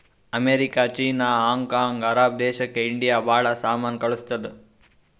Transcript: America, China, Hong Kong, Arab ದೇಶಕ್ India ಭಾಳ ಸಾಮಾನ್ ಕಳ್ಸುತ್ತುದ್